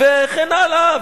וכן הלאה,